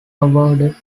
awarded